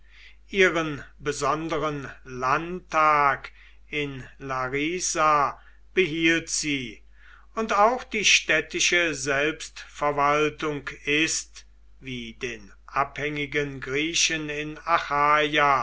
ihren besonderen landtag in larisa behielt sie und auch die städtische selbstverwaltung ist wie den abhängigen griechen in achaia